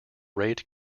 rate